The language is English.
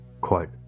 quote